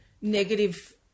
negative